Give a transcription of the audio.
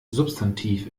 substantiv